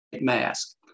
mask